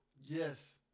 Yes